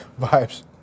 vibes